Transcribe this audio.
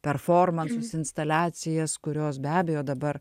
performansus instaliacijas kurios be abejo dabar